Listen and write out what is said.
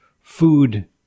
food